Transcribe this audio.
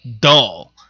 dull